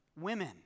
Women